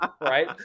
right